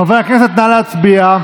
חברי הכנסת, נא להצביע.